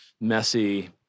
messy